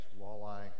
walleye